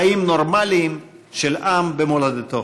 חיים נורמליים של עם במולדתו.